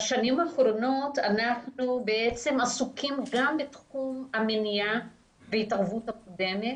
בשנים האחרונות אנחנו עסוקים גם בתחום המניעה והתערבות מוקדמת.